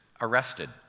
arrested